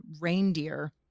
reindeer